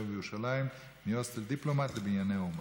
בירושלים מהוסטל דיפלומט לבנייני האומה.